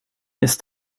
ist